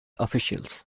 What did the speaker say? officials